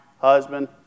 husband